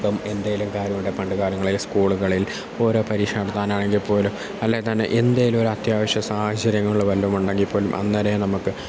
ഇപ്പം എന്തെങ്കിലും കാര്യമുണ്ടെങ്കിൽ പണ്ട് കാലങ്ങളിൽ സ്കൂളുകളിൽ ഓരോ പരീക്ഷ നടത്താനാണെങ്കിൽ പോലും അല്ലെങ്കിൽ തന്നെ എന്തെങ്കിലും ഒരത്യാവശ്യ സാഹചര്യങ്ങൾ വല്ലതും ഉണ്ടെങ്കിൽ പോലും അന്നേരം നമുക്ക്